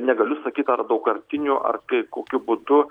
negaliu sakyt ar daugkartiniu ar tai kokiu būdu